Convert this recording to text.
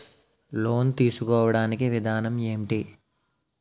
Loan తీసుకోడానికి విధానం ఏంటి?